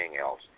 else